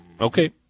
Okay